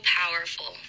powerful